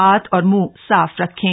हाथ और मुंह साफ रखें